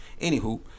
anywho